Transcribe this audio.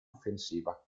offensiva